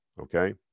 Okay